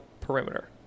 perimeter